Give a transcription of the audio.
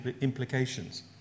implications